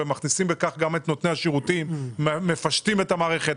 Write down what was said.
ומכניסים בכך גם את נותני השירותים ומפשטים את המערכת.